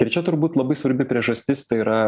tai čia turbūt labai svarbi priežastis tai yra